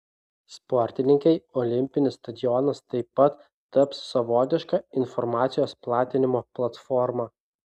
sportininkei olimpinis stadionas taip pat taps savotiška informacijos platinimo platforma